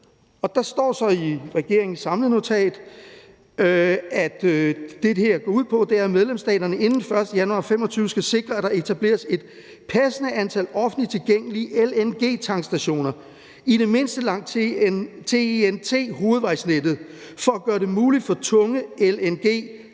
her går ud på, er, at medlemsstaterne inden 1. januar 2025 skal sikre, at der etableres et passende antal offentligt tilgængelige LNG-tankstationer, i det mindste omkring TEN-T-hovedvejsnettet, for at gøre det muligt for tunge LNG-motorkøretøjer